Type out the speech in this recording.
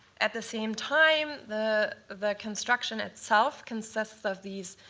at the same time, the the construction itself consists of these